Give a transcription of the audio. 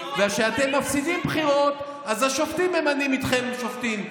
וכשאתם מפסידים בחירות אז השופטים ממנים איתכם שופטים.